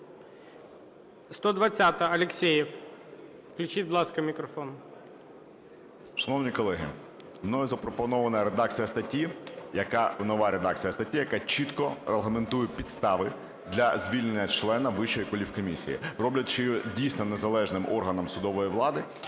120-а, Алєксєєв. Включіть, будь ласка, мікрофон.